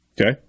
Okay